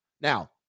now